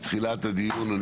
בתחילת הדיון,